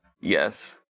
Yes